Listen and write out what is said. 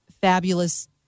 fabulous